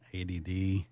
ADD